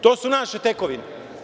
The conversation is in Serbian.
To su naše tekovine.